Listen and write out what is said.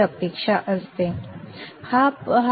संदर्भ वेळ 0246